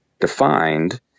defined